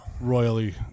royally